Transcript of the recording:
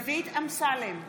אמסלם,